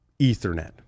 Ethernet